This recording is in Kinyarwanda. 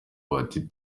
bati